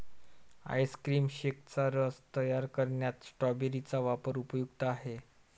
ice cream शेकचा रस तयार करण्यात स्ट्रॉबेरी चा वापर उपयुक्त आहे